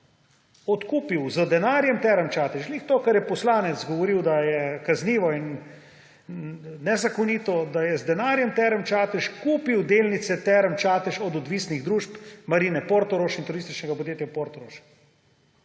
odkupil z denarjem Term Čatež, ravno to, kar je poslanec govoril, da je kaznivo in nezakonito, da je z denarjem Term Čatež kupil delnice Term Čatež od odvisnih družb – Marine Portorož in Turističnega podjetja Portorož.